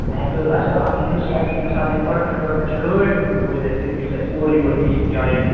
اَسہِ یُس اَتہِ یہِ مِثال پٔرمِٹ ؤرمِٹ چھِ گٲڑۍ کٕہنٛزۍ روزِ اَسہِ یُس اَسہِ اورٕ یور نیہِ جاین